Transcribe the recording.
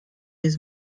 rez